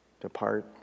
Depart